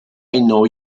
know